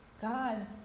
God